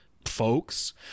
Folks